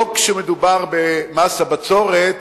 לא כשמדובר במס הבצורת